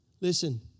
Listen